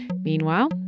Meanwhile